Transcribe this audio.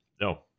No